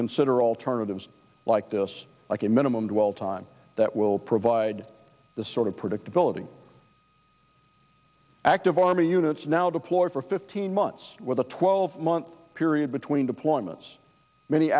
consider alternatives like this like a minimum dwell time that will provide the sort of predictability active army units now deployed for fifteen months with a twelve month period between deployments many